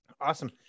Awesome